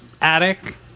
attic